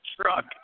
truck